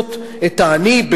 לפצות את העני,